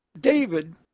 david